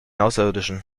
außerirdischen